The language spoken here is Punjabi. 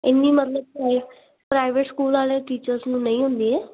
ਇੰਨੀ ਮਤਲਬ ਪ੍ਰਾ ਪ੍ਰਾਈਵੇਟ ਸਕੂਲ ਵਾਲੇ ਟੀਚਰਸ ਨੂੰ ਨਹੀਂ ਹੁੰਦੀ